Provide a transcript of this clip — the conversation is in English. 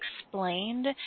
explained